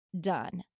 done